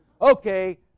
Okay